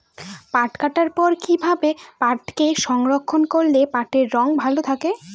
পাট কাটার পর কি ভাবে পাটকে সংরক্ষন করলে পাটের রং ভালো থাকে?